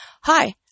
hi